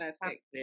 Perfect